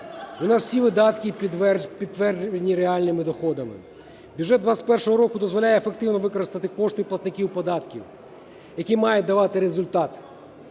У нас всі видатки підтверджені реальними доходами. Бюджет 21-го року дозволяє ефективно використати кошти платників податків, які мають давати результат